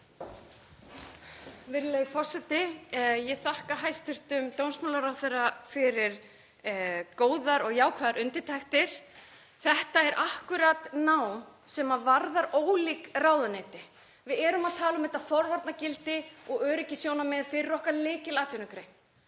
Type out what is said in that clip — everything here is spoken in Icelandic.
Virðulegi forseti. Ég þakka hæstv. dómsmálaráðherra fyrir góðar og jákvæðar undirtektir. Þetta er akkúrat nám sem varðar ólík ráðuneyti. Við erum að tala um þetta forvarnagildi og öryggissjónarmið fyrir okkar lykilatvinnugrein.